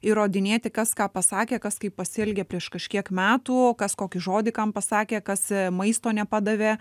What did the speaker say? įrodinėti kas ką pasakė kas kaip pasielgė prieš kažkiek metų kas kokį žodį kam pasakė kas maisto nepadavė